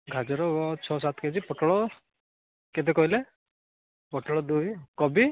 ଗାଜର ଛଅ ସାତ କେ ଜି ପୋଟଳ କେତେ କହିଲେ ପୋଟଳ ଦୁଇ କୋବି